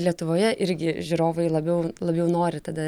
lietuvoje irgi žiūrovai labiau labiau nori tada